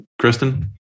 Kristen